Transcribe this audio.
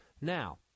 Now